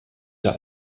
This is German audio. der